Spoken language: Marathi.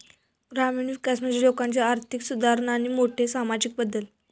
ग्रामीण विकास म्हणजे लोकांची आर्थिक सुधारणा आणि मोठे सामाजिक बदल